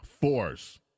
force